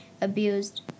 abused